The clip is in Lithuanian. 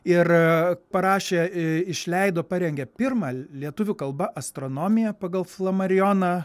ir parašė i išleido parengė pirmą lietuvių kalba astronomiją pagal flamarijoną